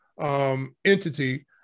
entity